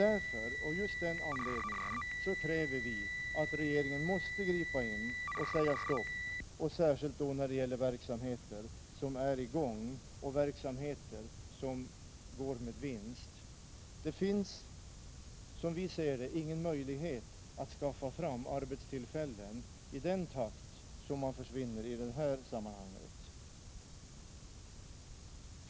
Av just den anledningen kräver vi att regeringen skall gripa in och säga stopp, särskilt när det gäller verksamheter som är i gång och verksamheter som går med vinst. Det finns, som vi ser det, ingen möjlighet att skaffa fram arbetstillfällen i den takt som de i det här sammanhanget försvinner.